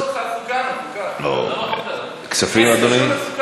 כספים, אדוני?